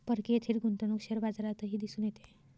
परकीय थेट गुंतवणूक शेअर बाजारातही दिसून येते